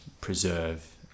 preserve